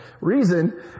reason